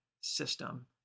system